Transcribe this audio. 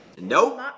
Nope